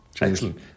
excellent